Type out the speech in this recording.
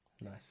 Nice